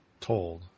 told